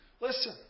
Listen